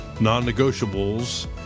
Non-negotiables